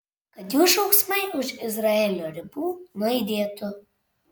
kad jų šauksmai už izraelio ribų nuaidėtų